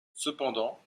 cependant